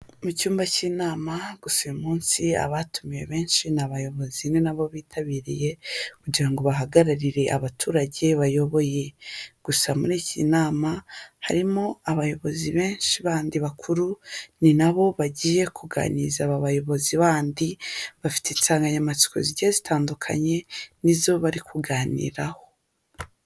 Mu cyumba cy'inama gusa munsi abatumiwe benshi ni abayobozi ni nabo bitabiriye kugira bahagararire abaturage bayoboye, gusa muri iyi nama harimo abayobozi benshi bandi bakuru ni nabo bagiye kuganiriza aba bayobozi bandi bafite insanganyamatsiko zigiye zitandukanye, nizo bari kuganiraho.